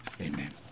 Amen